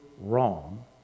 wrong